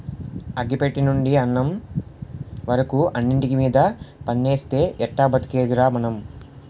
అగ్గి పెట్టెనుండి అన్నం వరకు అన్నిటిమీద పన్నేస్తే ఎట్టా బతికేదిరా మనం?